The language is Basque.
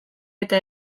eta